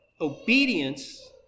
obedience